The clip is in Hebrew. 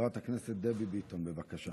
חברת הכנסת דבי ביטון, בבקשה.